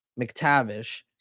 McTavish